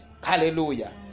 Hallelujah